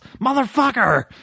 motherfucker